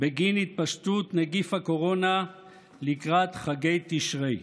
בגין התפשטות נגיף הקורונה לקראת חגי תשרי.